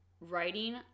writing